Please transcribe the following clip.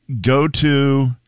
go-to